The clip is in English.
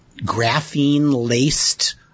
graphene-laced